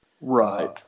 Right